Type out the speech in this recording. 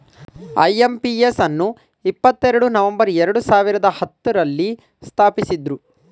IMPS ಅನ್ನು ಇಪ್ಪತ್ತೆರಡು November ಎರಡು ಸಾವಿರದ ಹತ್ತುರಲ್ಲಿ ಸ್ಥಾಪಿಸಿದ್ದ್ರು